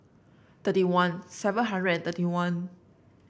thirty one seven hundred and thirty one